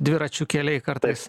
dviračių keliai kartais